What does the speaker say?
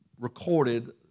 recorded